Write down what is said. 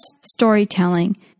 storytelling